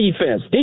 Defense